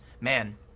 man